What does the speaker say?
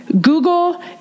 Google